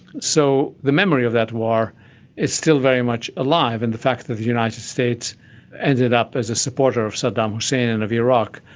so the memory of that war is still very much alive, alive, and the fact that the united states ended up as a supporter of saddam hussein and of iraq,